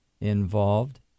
involved